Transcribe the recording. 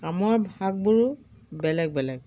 কামৰ ভাগবোৰো বেলেগ বেলেগ